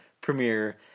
premiere